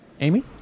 Amy